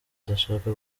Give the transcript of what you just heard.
ndashaka